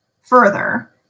further